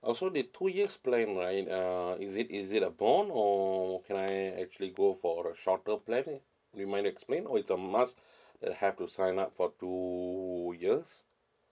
oh so the two years plan right uh is it is it a bond or can I actually go for the shorter plan you mind to explain or it's a must to have to sign up for two years